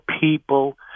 people